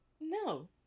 No